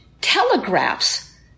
telegraphs